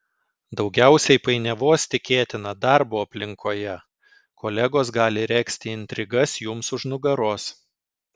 daugiausiai painiavos tikėtina darbo aplinkoje kolegos gali regzti intrigas jums už nugaros